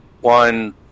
one